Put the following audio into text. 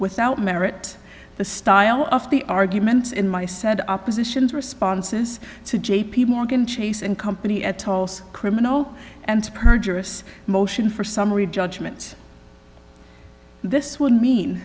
without merit the style of the arguments in my said opposition's responses to j p morgan chase and company atolls criminal and perjurious motion for summary judgment this would mean